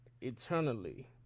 Eternally